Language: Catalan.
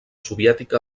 soviètica